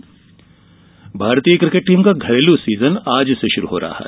cricket भारतीय cricket team का घरेलू सीजन आज से शुरू हो रहा है